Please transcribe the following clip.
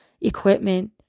equipment